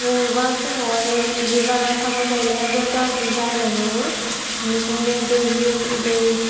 बबेबा समाव आरो बिबारा टाबाव गायनायाबो गाज्रि जानो हमो बिनिखायनो दै होबो दै